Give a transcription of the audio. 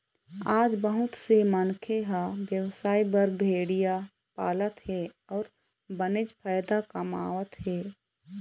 आज बहुत से मनखे ह बेवसाय बर भेड़िया पालत हे अउ बनेच फायदा कमावत हे